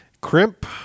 Crimp